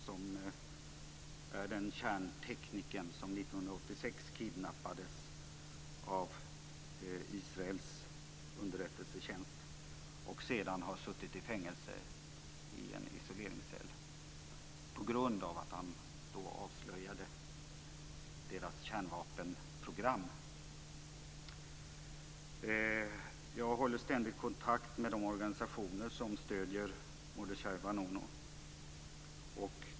Det är kärnteknikern som 1986 kidnappades av Israels underrättelsetjänst och sedan har suttit i fängelse, i en isoleringscell, på grund av att han då avslöjade deras kärnvapenprogram. Jag håller ständigt kontakt med de organisationer som stöder Mordechai Vanunu.